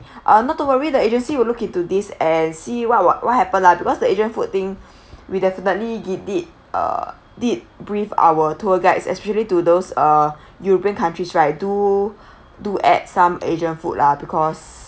uh not to worry the agency will look into this and see what what what happened lah because the asian food thing we definitely give did uh did brief our tour guides especially to those uh european countries right do do add some asian food lah because